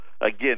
again